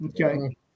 Okay